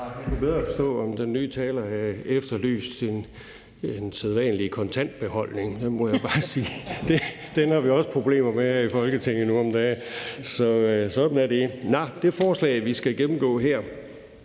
Jeg kunne bedre forstå det, hvis den ny taler efterlyste den sædvanlige kontantbeholdning. Der må jeg bare sige, at den har vi også problemer med i Folketinget nu om dage. Sådan er det. Det forslag, vi skal gennemgå her,